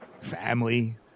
family